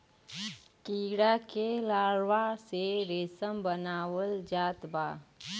कीड़ा के लार्वा से रेशम बनावल जात बा